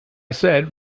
said